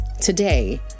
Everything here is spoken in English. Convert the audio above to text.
today